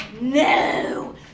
No